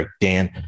Dan